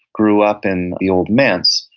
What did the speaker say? grew up in the old manse,